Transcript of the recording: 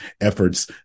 efforts